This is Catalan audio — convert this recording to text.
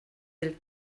del